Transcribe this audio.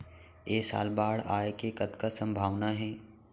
ऐ साल बाढ़ आय के कतका संभावना हे?